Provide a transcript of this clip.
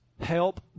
Help